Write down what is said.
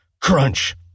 crunch